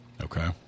Okay